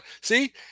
see